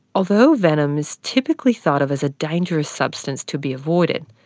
although venom is typically thought of as a dangerous substance to be avoided,